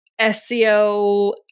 SEO